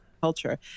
culture